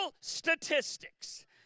statistics